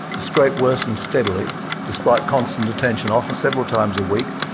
the scrape worsened steadily despite constant attention, often several times a week,